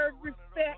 respect